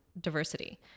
diversity